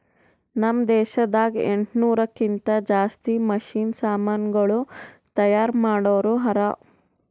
ನಾಮ್ ದೇಶದಾಗ ಎಂಟನೂರಕ್ಕಿಂತಾ ಜಾಸ್ತಿ ಮಷೀನ್ ಸಮಾನುಗಳು ತೈಯಾರ್ ಮಾಡೋರ್ ಹರಾ